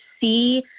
see